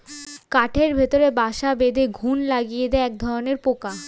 কাঠের ভেতরে বাসা বেঁধে ঘুন লাগিয়ে দেয় একধরনের পোকা